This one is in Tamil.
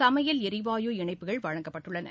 சமையல் எரிவாயு இணைப்புகள் வழங்கப்பட்டுள்ளன